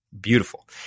beautiful